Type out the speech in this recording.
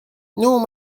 non